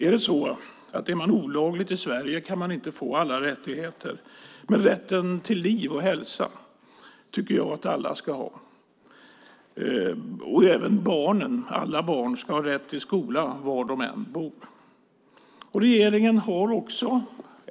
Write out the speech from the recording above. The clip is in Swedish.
Om man olagligt är i Sverige kan man inte få alla rättigheter, men rätten till liv och hälsa tycker jag att alla ska ha. Alla barn ska ha rätt till skola var de än bor.